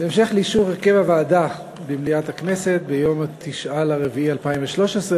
בהמשך לאישור הרכב הוועדות במליאת הכנסת ביום 9 באפריל 2013,